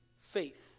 faith